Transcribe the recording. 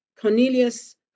Cornelius